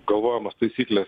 galvojamos taisyklės